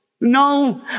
No